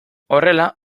horrela